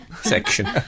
section